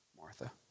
Martha